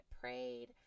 prayed